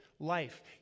life